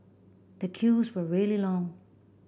the queues were really long